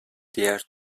diğer